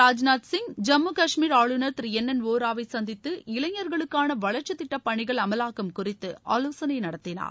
ராஜ்நாத் சிங் ஜம்மு கஷ்மீர் ஆளுநர் Thiru N N வோராவை சந்தித்து இளைஞா்களுக்கான வளா்ச்சித் திட்டப் பணிகள் அமலாக்கம் குறித்து ஆலோசனை நடத்தினார்